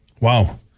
wow